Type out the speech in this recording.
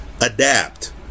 adapt